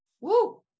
Woo